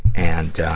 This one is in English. and, ah,